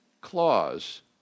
clause